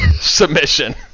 submission